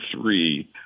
three